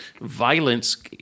violence